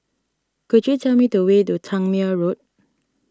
could you tell me the way to Tangmere Road